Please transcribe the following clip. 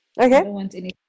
Okay